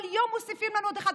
כל יום מוסיפים לנו עוד אחד,